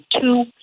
two